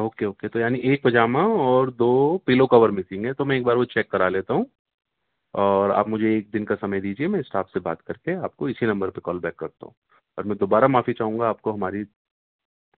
okay okay تو یعنی ایک پجامہ اور دو پلو کور مسنگ ہے تو میں ایک بار وہ چیک کرا لیتا ہوں اور آپ مجھے ایک دن کا سمے دیجیے میں اسٹاف سے بات کر کے آپ کو اسی نمبر پہ کال بیک کرتا ہوں اور میں دوبارہ معافی چاہوں گا آپ کو ہماری